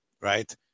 Right